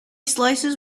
slices